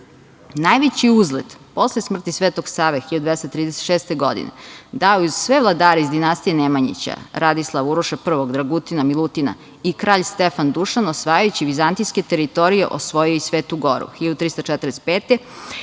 večno. Najveći uzlet posle smrti Svetog Save 1236. godine dao je, uz sve vladare iz dinastije Nemanjića, Radislava, Uroša I, Dragutina, Milutina i kralj Stefan Dušan, osvajajući vizantijske teritorije osvojio je i Svetu goru, 1345. godine